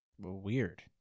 Weird